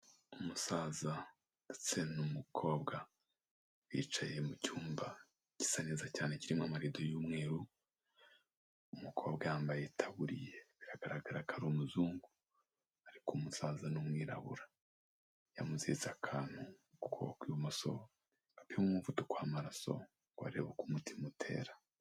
Umusaza ndetse n'umukobwa bicaye mu cyumba gisa neza cyane kirimo amarido y'umweru, umukobwa yambaye itaburiye. Biragaragara ko ari umuzungu ariko umusaza n'umwirabura. Yamuziritse akantu ku kuboko kw'ibumoso gapima umuvuduko w'amaraso ngo arebe uko umutima utera.